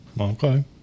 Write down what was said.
Okay